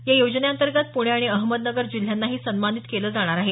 या योजने अंतर्गत पुणे आणि अहमदनगर जिल्ह्यांनाही सन्मानित केलं जाणार आहे